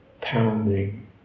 pounding